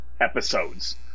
episodes